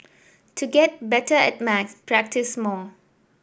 to get better at maths practise more